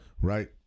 Right